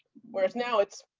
whereas now, it's